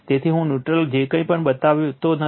તેથી હું ન્યુટ્રલ કે કંઈ પણ બતાવતો નથી